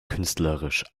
künstlerisch